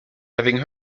having